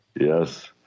Yes